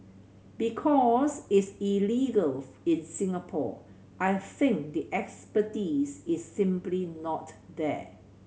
because it's illegal in Singapore I think the expertise is simply not there